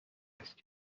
هستی